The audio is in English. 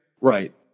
Right